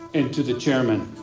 into the chairman.